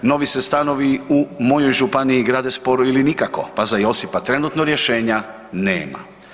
Novi se stanovi u mojoj županiji grade sporo ili nikako pa za Josipa trenutno rješenja nema.